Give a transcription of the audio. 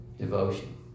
devotion